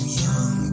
young